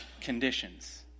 conditions